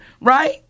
right